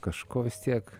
kažko vis tiek